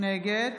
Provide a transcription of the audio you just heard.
נגד